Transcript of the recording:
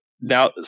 now